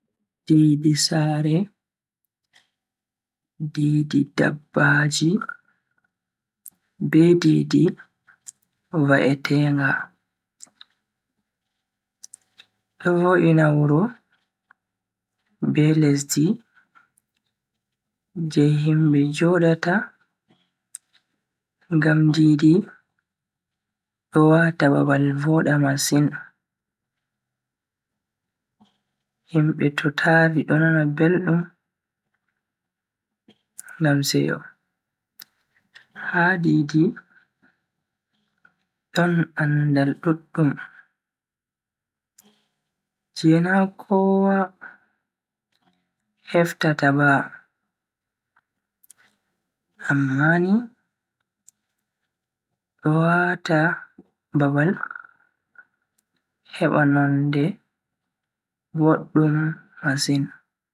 Di-di sare, di-di dabbaji be di-di va'etenga. Do vo'ina wuro be lesdi je himbe jodata ngam di-di do wata babal voda masin. Himbe to tari do nana beldum ngam seyo. Ha di-di don andaal duddum je na kowa heftata ba amma ni do wata babal heba nonde boddum masin.